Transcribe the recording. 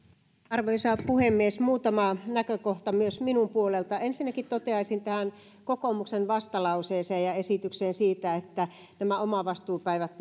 arvoisa puhemies muutama näkökohta myös minun puoleltani ensinnäkin toteaisin tähän kokoomuksen vastalauseeseen ja esitykseen siitä että nämä omavastuupäivät